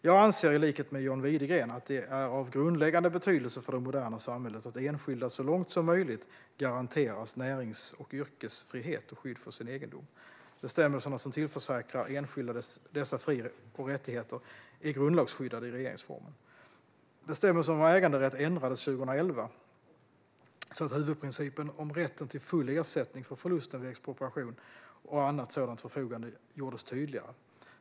Jag anser, i likhet med John Widegren, att det är av grundläggande betydelse för det moderna samhället att enskilda så långt som möjligt garanteras närings och yrkesfrihet och skydd för sin egendom. Bestämmelserna som tillförsäkrar enskilda dessa fri och rättigheter är grundlagsskyddade i regeringsformen. Bestämmelsen om äganderätt ändrades 2011 så att huvudprincipen om rätt till full ersättning för förlusten vid expropriation och annat sådant förfogande gjordes tydligare.